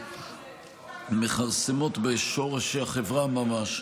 שמכרסמת בשורש החברה ממש.